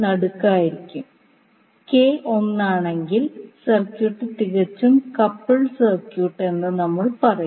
K 1 ആണെങ്കിൽ circuit തികച്ചും couple ചെയ്തിട്ടുണ്ടെന്ന് നമ്മൾ പറയും